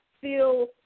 feel